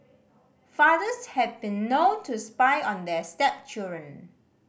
fathers have been known to spy on their stepchildren